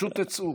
פשוט תצאו.